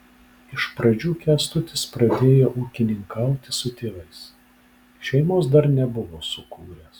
iš pradžių kęstutis pradėjo ūkininkauti su tėvais šeimos dar nebuvo sukūręs